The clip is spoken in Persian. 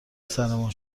سرمون